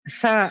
sa